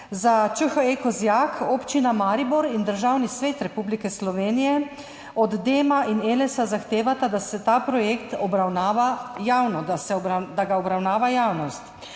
Za ČHE Kozjak Občina Maribor in Državni svet Republike Slovenije od DEM in Elesa zahtevata, da se ta projekt obravnava javno,